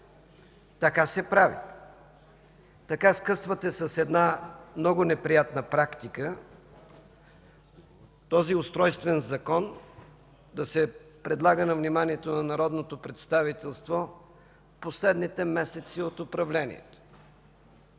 Така се прави. Така скъсвате с една много неприятна практика този устройствен Закон да се предлага на вниманието на народното представителство последните месеци от управлението